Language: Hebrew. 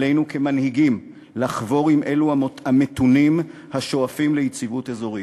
עלינו כמנהיגים לחבור עם אלו המתונים השואפים ליציבות אזורית.